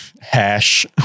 hash